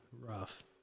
Rough